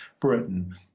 Britain